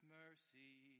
mercy